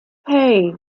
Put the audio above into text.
hey